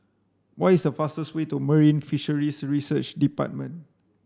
what is the fastest way to Marine Fisheries Research Department